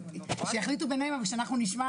שיחליטו ביניהם, אבל שאנחנו נשמע.